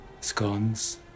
scones